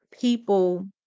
people